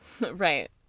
Right